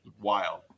wild